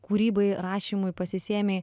kūrybai rašymui pasisėmei